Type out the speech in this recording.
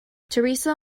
teresa